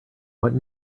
what